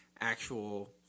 actual